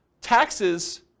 taxes